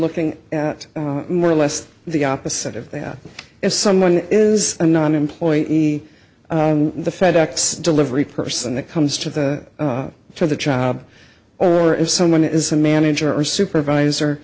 looking at more or less the opposite of that if someone is a non employee the fed ex delivery person that comes to the to the job or if someone is a manager or supervisor